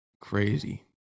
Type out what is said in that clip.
Crazy